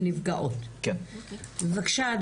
בבקשה,